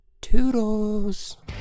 Toodles